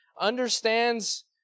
understands